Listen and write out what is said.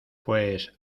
pues